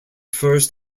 first